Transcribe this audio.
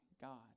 God